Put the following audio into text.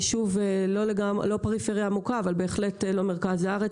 זה לא פריפריה עמוקה אבל זה בהחלט לא מרכז הארץ,